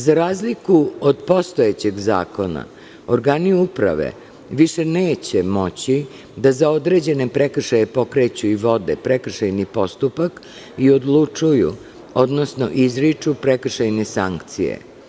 Za razliku od postojećeg zakona, organi uprave više neće moći da za određene prekršaje pokreću i vode prekršajni postupak i odlučuju, odnosno izriču prekršajne sankcije.